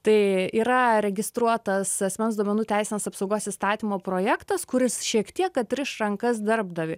tai yra registruotas asmens duomenų teisinės apsaugos įstatymo projektas kuris šiek tiek atriš rankas darbdaviui